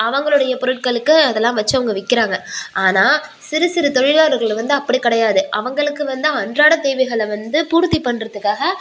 அவர்களுடைய பொருட்களுக்கு அதெல்லாம் வைச்சு அவங்க விற்கிறாங்க ஆனால் சிறு சிறு தொழிலாளர்கள் வந்து அப்படி கிடையாது அவர்களுக்கு வந்து அன்றாட தேவைகளை வந்து பூர்த்தி பண்ணுறதுக்காக